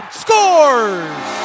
scores